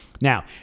Now